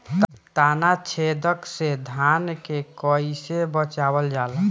ताना छेदक से धान के कइसे बचावल जाला?